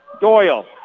Doyle